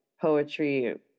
poetry